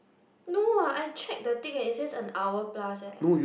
no what I check the thing leh it says an hour plus leh